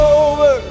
over